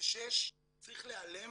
106 צריך להעלם